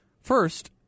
First